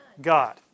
God